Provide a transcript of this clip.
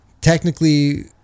Technically